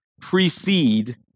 precede